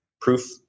proof